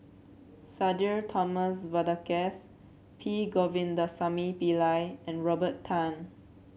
Sudhir Thomas Vadaketh P Govindasamy Pillai and Robert Tan